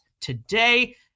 today